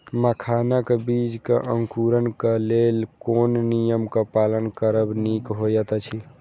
मखानक बीज़ क अंकुरन क लेल कोन नियम क पालन करब निक होयत अछि?